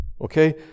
Okay